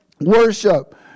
Worship